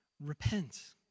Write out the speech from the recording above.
repent